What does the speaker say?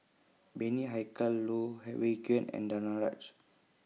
Bani Haykal Loh Wai Kiew and Danaraj